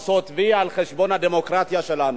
לעשות "וי" על חשבון הדמוקרטיה שלנו.